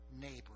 neighbor